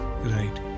right